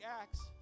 acts